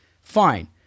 fine